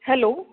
hello